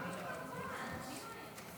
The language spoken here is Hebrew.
חבר הכנסת אלון